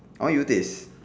I want you taste